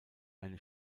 eine